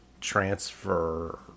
transfer